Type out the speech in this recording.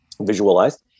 visualized